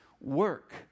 work